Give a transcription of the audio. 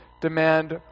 demand